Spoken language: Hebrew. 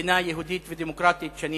כמדינה יהודית ודמוקרטית, ואני